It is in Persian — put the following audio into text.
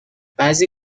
بعضی